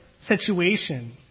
situation